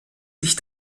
sich